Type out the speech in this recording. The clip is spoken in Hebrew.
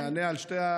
יענה על שתי,